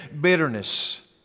bitterness